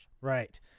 Right